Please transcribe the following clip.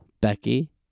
Becky